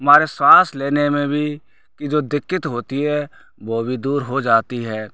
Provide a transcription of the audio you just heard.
हमारे साँस लेने में भी की जो दिक्कत होती है वो भी दूर हो जाती है